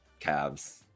Cavs